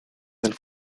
del